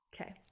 Okay